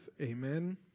amen